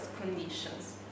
conditions